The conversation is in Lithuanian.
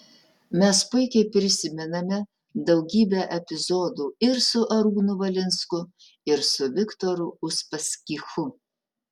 mes puikiai prisimename daugybę epizodų ir su arūnu valinsku ir su viktoru uspaskichu